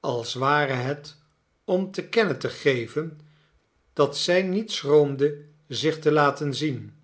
als ware het om te kennen te geven dat zij niet schroomde zich te laten zien